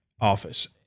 office